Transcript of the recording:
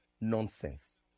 nonsense